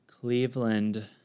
Cleveland